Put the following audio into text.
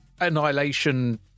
Annihilation